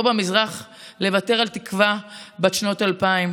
במזרח לוותר על תקווה בת שנות אלפיים?